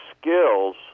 skills